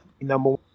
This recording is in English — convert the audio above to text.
number